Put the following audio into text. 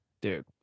Dude